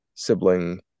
sibling